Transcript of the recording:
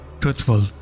truthful